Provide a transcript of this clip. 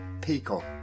Peacock